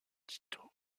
tito